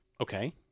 Okay